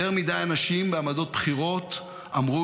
יותר מדי אנשים בעמדות בכירות אמרו